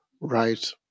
Right